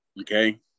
okay